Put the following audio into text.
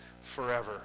forever